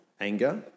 Anger